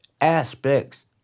aspects